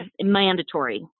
mandatory